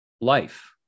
life